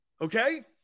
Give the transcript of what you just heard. Okay